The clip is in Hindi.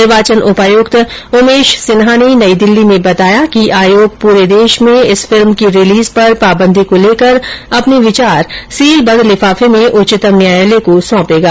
निर्वाचन उपायुक्त उमेश सिन्हा ने नई दिल्ली में बताया कि आयोग पूरे देश में इस फिल्म की रिलीज पर पाबन्दी को लेकर अपने विचार सीलबंद लिफाफे में उच्चतम न्यायालय को सौंपेगा